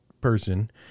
person